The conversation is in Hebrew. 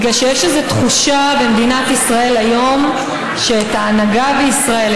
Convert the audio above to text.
בגלל שיש איזו תחושה במדינת ישראל היום שאת ההנהגה בישראל,